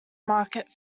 market